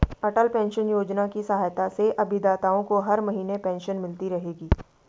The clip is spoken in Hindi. अटल पेंशन योजना की सहायता से अभिदाताओं को हर महीने पेंशन मिलती रहेगी